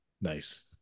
nice